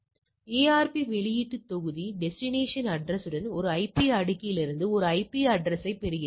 எனவே ARP வெளியீட்டு தொகுதி டெஸ்டினேஷன் அட்ரஸ் உடன் ஒரு ஐபி அடுக்கிலிருந்து ஒரு ஐபி அட்ரஸ்யைப் பெறுகிறது